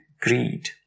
greed